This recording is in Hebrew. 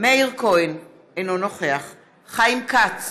מאיר כהן, אינו נוכח חיים כץ,